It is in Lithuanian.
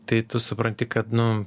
tai tu supranti kad nu